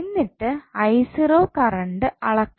എന്നിട്ട് കറൻറ് അളക്കാം